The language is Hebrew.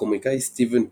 הקומיקאי סטיבן פריי,